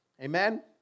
Amen